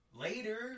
Later